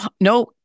no